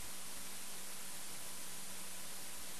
תשאל, כל